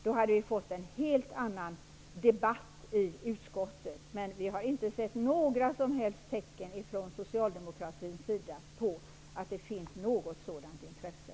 Då hade vi fått en helt annan debatt i utskottet. Vi har inte sett några som helst tecken från socialdemokraterna på att det finns ett sådant intresse.